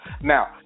Now